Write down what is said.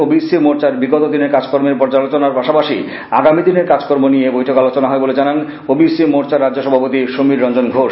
OBC মোর্চার বিগত দিনের কাজের পর্যালোচনার পাশাপাশি আগামি দিনের কাজ কর্ম নিয়ে বৈঠকে আলোচনা হয় বলে জনান ওবিসি মোর্চার রাজ্য সভাপতি সমীর রঞ্জন ঘোষ